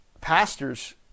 pastors